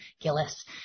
Gillis